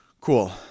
Cool